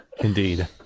Indeed